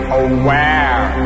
aware